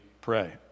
pray